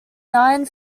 nine